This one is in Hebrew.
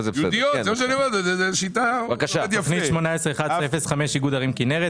זה גם מעבר צה"ל לנגב.